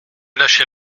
lâcher